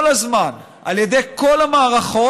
כל הזמן, על ידי כל המערכות,